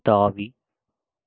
தாவி